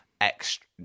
extra